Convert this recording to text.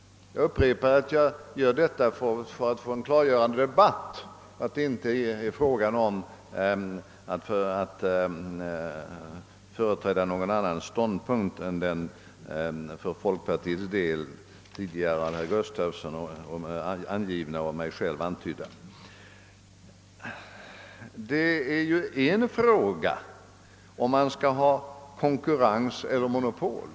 Syftet skulle vara att uppnå en klargörande debatt. Min avsikt är alltså inte att framföra någon annan åsikt än folkpartiets tidigare av herr Gustafson i Göteborg angivna och av mig antydda ståndpunkt. En fråga är huruvida vi i Sverige skall ha konkurrens eller monopol.